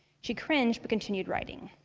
she cringed but continued writing.